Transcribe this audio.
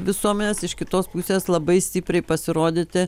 visuomenės iš kitos pusės labai stipriai pasirodyti